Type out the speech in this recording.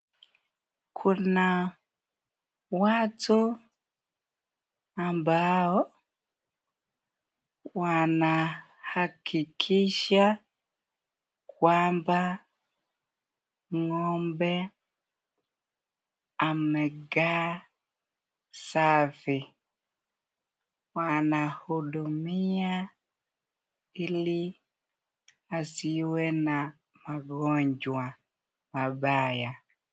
Kuna watu ambao wanahakikisha kwamba ngombe, amekaa safi. Wanahudumia ili asiwe na magonjwa mabaya.